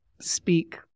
speak